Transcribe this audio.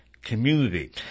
Community